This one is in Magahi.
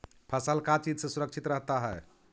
फसल का चीज से सुरक्षित रहता है?